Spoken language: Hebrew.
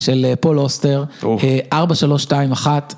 של פול אוסטר, 4321.